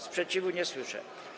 Sprzeciwu nie słyszę.